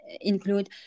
include